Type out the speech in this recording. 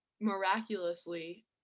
miraculously